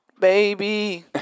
Baby